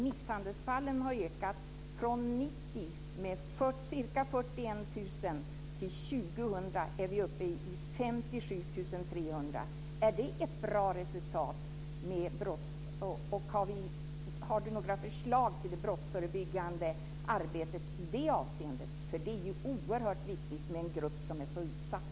Misshandelsfallen har ökat från 1990 då det var ca 41 000, till år 2000 då vi är uppe i 57 300. Är det ett bra resultat? Har Morgan Johansson några förslag till brottsförebyggande arbete i det avseendet? Det är oerhört viktigt när det gäller en grupp som är så utsatt.